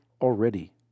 already